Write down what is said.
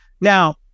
Now